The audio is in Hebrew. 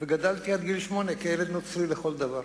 וגדלתי עד גיל שמונה כילד נוצרי לכל דבר.